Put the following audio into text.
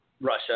Russia